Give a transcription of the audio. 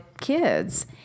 kids